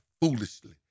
foolishly